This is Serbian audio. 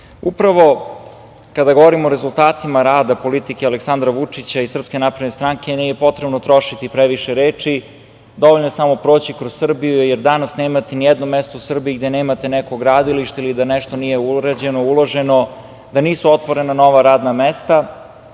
kada govorimo o rezultatima rada politike Aleksandra Vučića i SNS nije potrebno trošiti previše reči. Dovoljno je samo proći kroz Srbiju, jer danas nemate ni jedno mesto u Srbiji gde nemate neko gradilište ili da nešto nije urađeno, uloženo, da nisu otvorena nova radna mesta.